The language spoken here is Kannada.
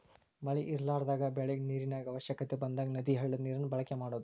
ಮಳಿ ಇರಲಾರದಾಗ ಬೆಳಿಗೆ ನೇರಿನ ಅವಶ್ಯಕತೆ ಬಂದಾಗ ನದಿ, ಹಳ್ಳದ ನೇರನ್ನ ಬಳಕೆ ಮಾಡುದು